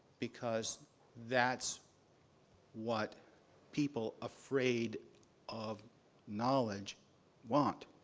because that's what people afraid of knowledge want.